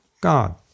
God